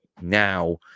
now